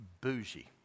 Bougie